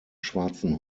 schwarzen